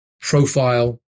profile